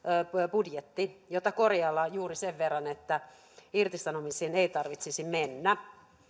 budjetti jota korjaillaan juuri sen verran että irtisanomisiin ei tarvitsisi mennä